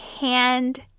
Hand